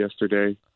yesterday